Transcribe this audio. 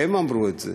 והם אמרו את זה: